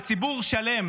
וציבור שלם